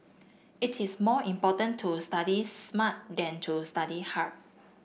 it is more important to study smart than to study hard